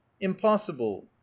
impossible